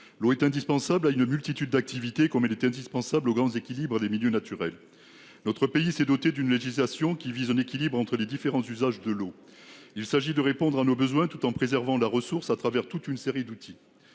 L'eau est indispensable à une multitude d'activités comme elle était indispensable aux grands équilibres les milieux naturels. Notre pays s'est dotée d'une législation qui vise un équilibre entre les différents usages de l'eau. Il s'agit de répondre à nos besoins, tout en préservant la ressource à travers toute une série d'outils.